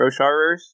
Rosharers